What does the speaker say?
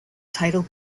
title